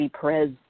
Perez